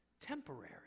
temporary